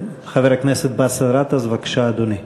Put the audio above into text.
חבר הכנסת באסל גטאס, בבקשה, אדוני.